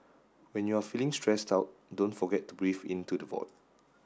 when you are feeling stressed out don't forget to breathe into the void